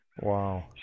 wow